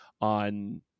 on